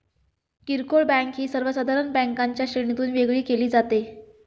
किरकोळ बँक ही सर्वसाधारण बँकांच्या श्रेणीतून वेगळी केली जाते